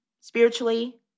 Spiritually